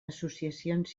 associacions